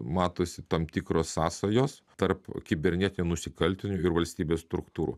matosi tam tikros sąsajos tarp kibernetinių nusikaltėlių ir valstybės struktūrų